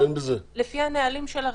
נכון, אבל לפי הנהלים של הרשות,